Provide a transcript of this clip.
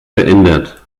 verändert